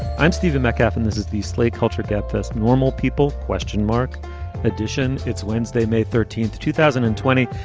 i'm stephen metcalf and this is the slate culture gabfest, normal people, question mark addition. it's wednesday, may thirteenth, two thousand and twenty.